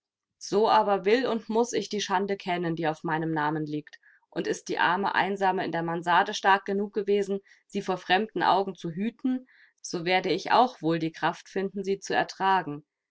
so aber will und muß ich die schande kennen die auf meinem namen liegt und ist die arme einsame in der mansarde stark genug gewesen sie vor fremden augen zu hüten so werde ich auch wohl die kraft finden sie zu ertragen